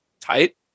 tight